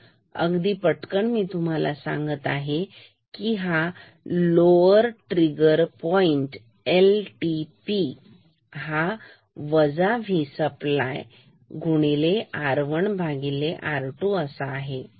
तर अगदी पटकन मी तुम्हाला सांगतो की हा lower trigger point LTP V supply R1 R2आहे